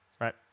right